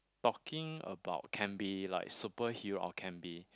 talking about can be like superhero or can be